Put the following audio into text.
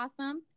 awesome